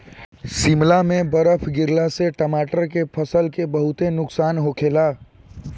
शिमला में बरफ गिरला से टमाटर के फसल के बहुते नुकसान होखेला